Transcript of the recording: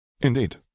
Indeed